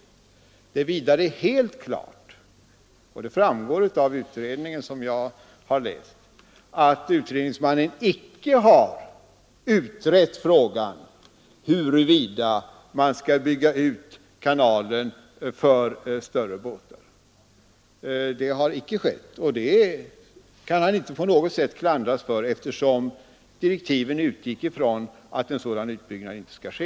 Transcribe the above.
Vidare är det helt klart — och det framgår av utredningen, som jag har läst — att utredningsmannen icke har utrett frågan huruvida man skall bygga ut kanalen för större fartyg. Och det kan utredningsmannen inte på något sätt klandras för, eftersom direktiven utgick från att en sådan utbyggnad inte skall ske.